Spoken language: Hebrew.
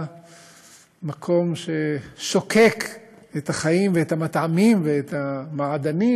המקום ששוקק את החיים ואת המטעמים ואת המעדנים